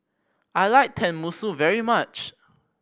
I like Tenmusu very much